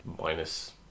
minus